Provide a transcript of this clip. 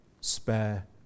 spare